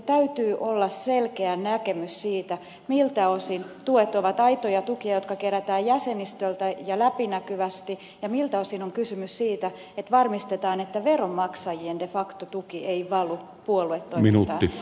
täytyy olla selkeä näkemys siitä miltä osin tuet ovat aitoja tukia jotka kerätään jäsenistöltä ja läpinäkyvästi ja miltä osin on kysymys siitä että varmistetaan että de facto veronmaksajien tuki ei valu puoluetoimintaan